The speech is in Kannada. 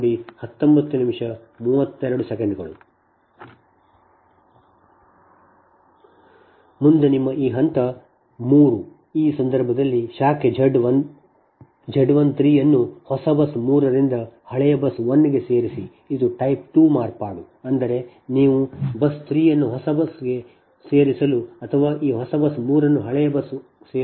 ಮುಂದೆ ನಿಮ್ಮ ಈ ಹಂತ 3 ಈ ಸಂದರ್ಭದಲ್ಲಿ ಶಾಖೆ Z 13 ಅನ್ನು ಹೊಸ ಬಸ್ 3 ರಿಂದ ಹಳೆಯ ಬಸ್ 1 ಗೆ ಸೇರಿಸಿ ಇದು type 2 ಮಾರ್ಪಾಡು ಅಂದರೆ ನೀವು ಬಸ್ 3 ಅನ್ನು ಹೊಸ ಬಸ್ಗೆ 1 ಹೊಸದನ್ನು ಅಥವಾ ಈ ಹೊಸ ಬಸ್ 3 ಅನ್ನು ಹಳೆಯ ಬಸ್ಗೆ 1 ಅನ್ನು ಸೇರಿಸುತ್ತೀರಿ